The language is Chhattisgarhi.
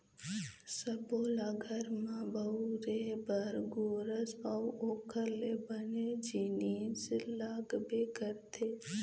सब्बो ल घर म बउरे बर गोरस अउ ओखर ले बने जिनिस लागबे करथे